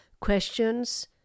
questions